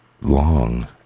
long